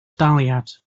daliad